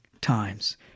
times